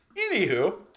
Anywho